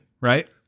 right